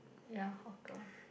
ya hawker